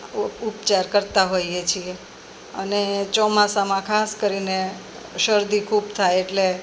ઉપચાર કરતાં હોઈએ છીએ અને ચોમાસામાં ખાસ કરીને શરદી ખૂબ થાય એટલે